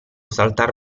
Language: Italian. saltar